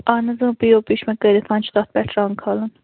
اَہَن حظ P O P چھُ مےٚ کٔرِتھ وۅنۍ چھُ تتھ پٮ۪ٹھ رنٛگ کھالُن